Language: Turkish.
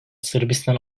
sırbistan